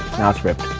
now it's ripped.